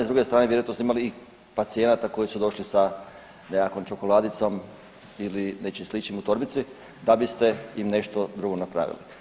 S druge strane vjerojatno ste imali i pacijenata koji su došli sa nekakvom čokoladicom ili nečim sličnim u torbici da biste im nešto drugo napravili.